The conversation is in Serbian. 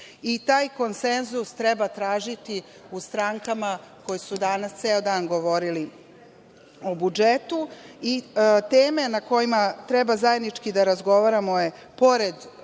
I taj konsenzus treba tražiti u strankama koje su danas ceo dan govorile o budžetu. Teme na kojima treba zajednički da razgovaramo je pored